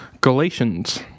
Galatians